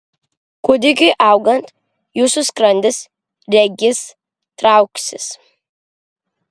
kūdikiui augant jūsų skrandis regis trauksis